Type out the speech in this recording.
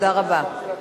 תודה רבה.